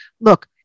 look